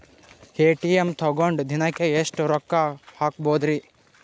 ATM ತಗೊಂಡ್ ದಿನಕ್ಕೆ ಎಷ್ಟ್ ರೊಕ್ಕ ಹಾಕ್ಬೊದ್ರಿ?